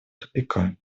тупика